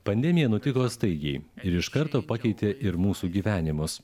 pandemija nutiko staigiai ir iš karto pakeitė ir mūsų gyvenimus